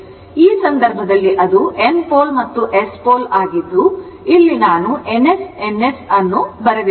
ಆದ್ದರಿಂದ ಈ ಸಂದರ್ಭದಲ್ಲಿ ಅದು N ಪೋಲ್ ಮತ್ತು S ಪೋಲ್ ಆಗಿದ್ದು ಇಲ್ಲಿ ನಾನು N S N S ಅನ್ನು ಬರೆದಿದ್ದೇನೆ